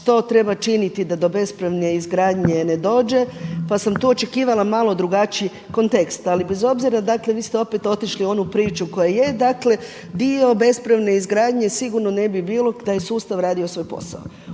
što treba činiti da do bespravne izgradnje ne dođe pa sam tu očekivala malo drugačiji kontekst, ali bez obzira dakle vi ste opet otišli u onu priču koja je. Dakle, dio bespravne izgradnje sigurno ne bi bilo da je sustav radio svoj posao.